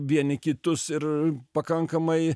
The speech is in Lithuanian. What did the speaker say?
vieni kitus ir pakankamai